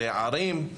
לערים,